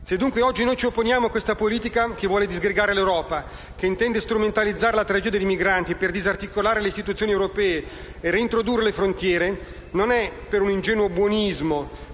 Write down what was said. Se dunque oggi ci opponiamo a questa politica che vuole disgregare l'Europa, che intende strumentalizzare la tragedia dei migranti per disarticolare le istituzioni europee e reintrodurre le frontiere, non è per ingenuo buonismo,